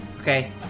Okay